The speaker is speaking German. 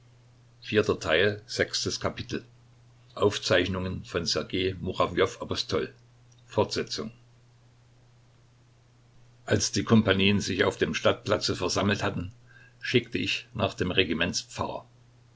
grenzenlose donquichotterie als die kompanien sich auf dem stadtplatze versammelt hatten schickte ich nach dem regiments pfarrer